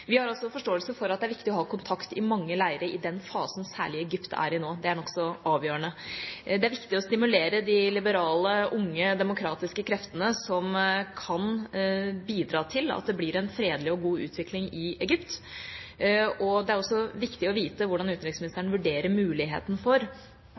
Vi har også forståelse for at det er viktig å ha kontakt i mange leirer i den fasen særlig Egypt er i nå; det er nokså avgjørende. Det er viktig å stimulere de liberale, unge, demokratiske kreftene som kan bidra til at det blir en fredelig og god utvikling i Egypt. Det er også viktig å vite hvordan